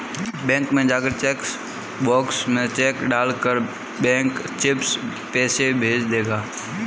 bank में जाकर cheque box में चेक डाल कर बैंक चिप्स पैसे भेज देगा